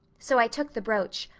so i took the brooch.